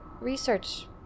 research